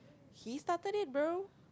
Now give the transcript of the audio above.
he started it bro